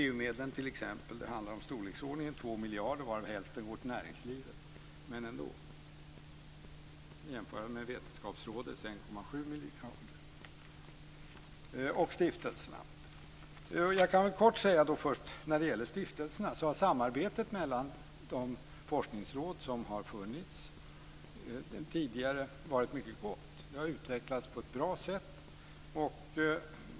EU-medlen t.ex. ligger i storleksordningen 2 miljarder, varav hälften går till näringslivet. Det kan jämföras med Vetenskapsrådets 1,7 miljarder. Jag kan kort säga när det gäller stiftelserna att samarbetet med de forskningsråd som har funnits tidigare har varit mycket gott. Det har utvecklats på ett bra sätt.